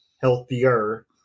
healthier